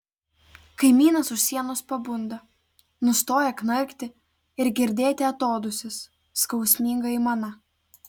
kaimynas už sienos pabunda nustoja knarkti ir girdėti atodūsis skausminga aimana